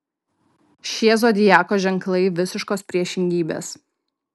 šie zodiako ženklai visiškos priešingybės